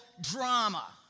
drama